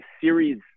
series